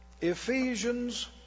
Ephesians